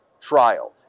trial